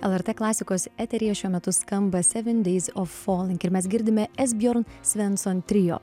lrt klasikos eteryje šiuo metu skamba seven days of falling ir mes girdime esbjorn svensson trio